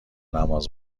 نماز